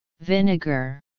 Vinegar